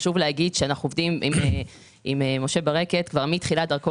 חשוב להגיד שאנחנו עובדים עם משה ברקת כבר מתחילת דרכו,